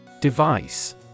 Device